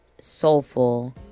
soulful